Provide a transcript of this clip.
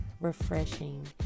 refreshing